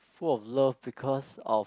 full of love because of